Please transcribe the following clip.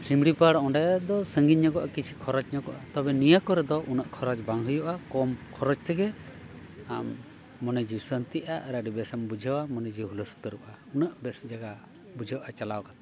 ᱥᱤᱢᱲᱤᱯᱟᱲ ᱚᱸᱰᱮ ᱫᱚ ᱥᱟᱺᱜᱤᱧ ᱧᱚᱜᱚᱜᱼᱟ ᱠᱤᱪᱷᱩ ᱠᱷᱚᱨᱚᱪ ᱧᱚᱜᱚᱜᱼᱟ ᱛᱚᱵᱮ ᱱᱤᱭᱟᱹ ᱠᱚᱨᱮᱫᱚ ᱩᱱᱟᱹᱜ ᱠᱷᱚᱨᱚᱪ ᱵᱟᱝ ᱦᱩᱭᱩᱜᱼᱟ ᱠᱚᱢ ᱠᱷᱚᱨᱚᱪ ᱛᱮᱜᱮ ᱟᱢ ᱢᱚᱱᱮ ᱡᱤᱣᱤ ᱥᱟᱱᱛᱤᱜᱼᱟ ᱟᱨ ᱟᱹᱰᱤ ᱵᱮᱥ ᱮᱢ ᱵᱩᱡᱷᱟᱹᱣᱟ ᱢᱚᱱᱮ ᱡᱤᱣᱤ ᱦᱩᱞᱟᱹᱥ ᱩᱛᱟᱹᱨᱚᱜᱼᱟ ᱩᱱᱟᱹᱜ ᱵᱮᱥ ᱡᱟᱭᱜᱟ ᱵᱩᱡᱷᱟᱹᱜᱼᱟ ᱪᱟᱞᱟᱣ ᱠᱟᱛᱮᱫ